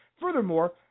Furthermore